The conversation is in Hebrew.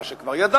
מה שכבר ידענו,